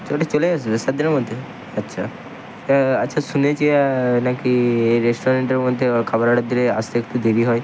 চলে আসবে সাত দিনের মধ্যে আচ্ছা হ্যাঁ আচ্ছা শুনেছি নাকি এই রেস্টুরেন্টের মধ্যে ও খাবার অর্ডার দিলে আসতে একটু দেরি হয়